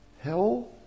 hell